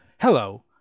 Hello